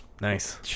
Nice